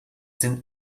den